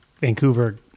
Vancouver